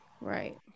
Right